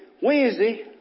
Wednesday